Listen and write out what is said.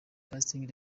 casting